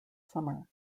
summer